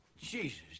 Jesus